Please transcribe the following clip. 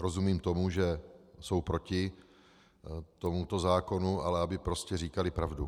Rozumím tomu, že jsou proti tomuto zákonu, ale aby prostě říkali pravdu.